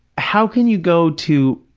how can you go to,